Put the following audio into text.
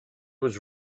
was